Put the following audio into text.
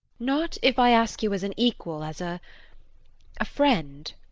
not if i ask you as an equal, as a friend?